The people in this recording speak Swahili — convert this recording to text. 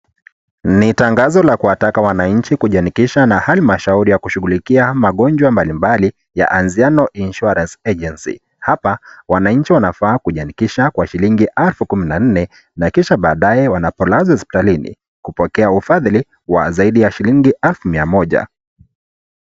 Ni tangazo la kuwataka wananchi kujiandikisha na halimashauri ya kushughulikia magonjwa mbalimbali ya Anziano Insurance Agency hapa, wananchi wanafaa kujiandikisha kwa shilingi alfu kumi na nne na kisha baadae wanapolazwa hospitalini kupokea ufadhili wa zaidi ya shilingi alfu mia moja.